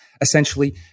essentially